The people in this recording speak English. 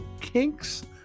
kinks